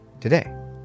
today